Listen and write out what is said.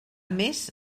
més